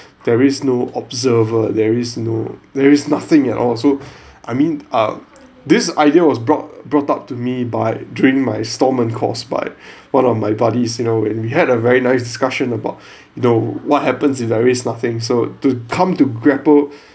there is no observer there is no there is nothing at all so I mean uh this idea was brought brought up to me by during my storeman course by one of my buddies you know and we had a very nice discussion about you know what happens if there is nothing so to come to grapple